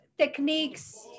Techniques